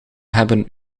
hebben